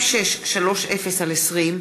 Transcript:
חוק 2630/20,